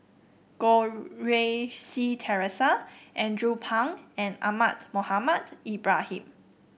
Goh Rui Si Theresa Andrew Phang and Ahmad Mohamed Ibrahim